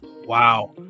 Wow